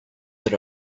that